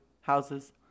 houses